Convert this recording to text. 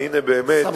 והנה באמת,